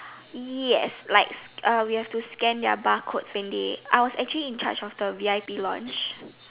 yes like uh we have to scan their barcodes when they I was actually in charge of the V_I_P lounge